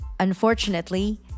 Unfortunately